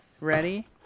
Ready